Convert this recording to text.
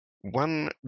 One